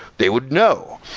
they would know.